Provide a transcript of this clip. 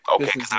Okay